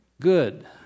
good